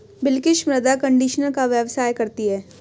बिलकिश मृदा कंडीशनर का व्यवसाय करती है